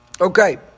Okay